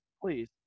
Please